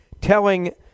telling